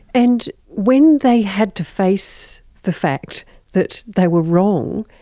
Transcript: and when they had to face the fact that they were wrong,